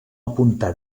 apuntar